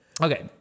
Okay